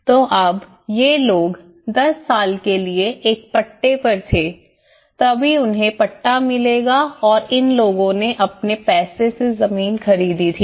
तो अब ये लोग 10 साल के लिए एक पट्टे पर थे तभी उन्हें पट्टा मिलेगा और इन लोगों ने अपने पैसे से जमीन खरीदी थी